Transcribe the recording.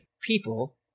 people